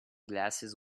glasses